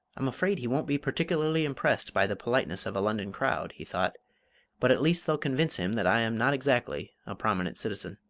i'm afraid he won't be particularly impressed by the politeness of a london crowd, he thought but at least they'll convince him that i am not exactly a prominent citizen.